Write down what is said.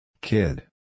Kid